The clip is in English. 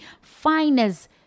finest